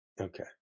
Okay